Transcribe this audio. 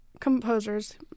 composers